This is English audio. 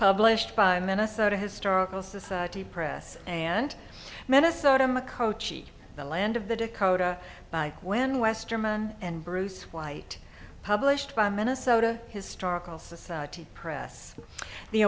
published by minnesota historical society press and minnesota mco cheat the land of the dakota by when westerman and bruce white published by minnesota historical society press the